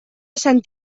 sant